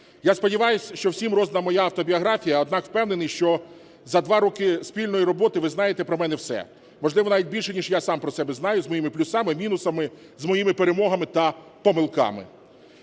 Я сподіваюся, що всім роздана моя автобіографія, однак впевнений, що за два роки спільної роботи ви знаєте про мене все, можливо навіть більше ніж я про себе знаю, з моїми плюсами, мінусами, з моїми перемогами та помилками.